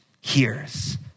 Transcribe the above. hears